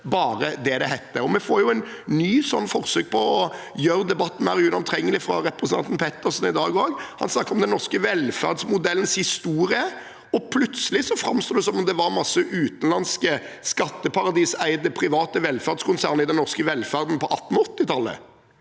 Vi får et nytt forsøk på å gjøre debatten mer ugjennomtrengelig fra representanten Pettersen i dag også. Han snakket om den norske velferdsmodellens historie, og plutselig framstår det som om det var masse utenlandske skatteparadiseide private velferdskonsern i den norske velferden på 1880-tallet.